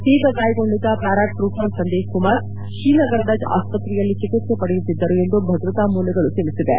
ತೀವ್ರ ಗಾಯಗೊಂಡಿದ್ದ ಪ್ಚಾರಾಟ್ರೂಪರ್ ಸಂದೀಪ್ ಕುಮಾರ್ ಶ್ರೀನಗರದ ಆಸ್ಪತ್ರೆಯಲ್ಲಿ ಚಿಕಿತ್ಸೆ ಪಡೆಯುತ್ತಿದ್ದರು ಎಂದು ಭದ್ರತಾ ಮೂಲಗಳು ತಿಳಿಸಿವೆ